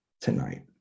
tonight